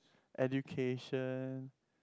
education